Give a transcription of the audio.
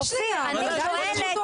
לא, אני לא חייב.